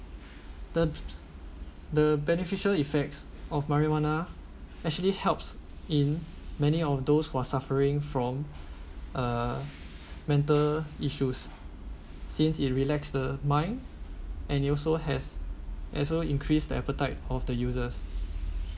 the the beneficial effects of marijuana actually helps in many of those who are suffering from uh mental issues since it relax the mind and it also has also increased the appetite of the users